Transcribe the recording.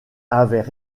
avaient